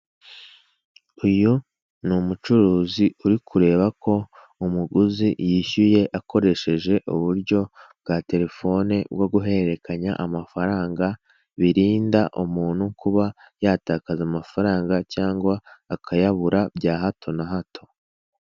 Uyu ni umucuruzi uri kureba ko umuguzi yishyuye akoresheje uburyo bwa telefone bwo guhererekanya amafaranga birinda umuntu kuba yatakaza amafaranga cyangwa akayabura bya hato na hato.